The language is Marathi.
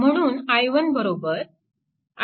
म्हणून i1